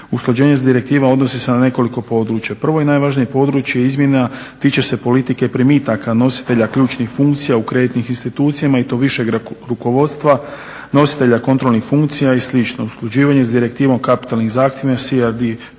Usklađenje s direktivom odnosi se na nekoliko područja. Prvo i najvažnije područje izmjena tiče se politike primitaka, nositelja ključnih funkcija u kreditnih institucijama i to višeg rukovodstva, nositelja kontrolnih funkcija i slično, usklađivanje s direktivom kapitalnih zahtjeva CRD